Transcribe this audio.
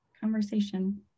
conversation